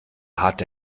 hart